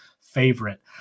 favorite